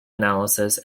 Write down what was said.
analysis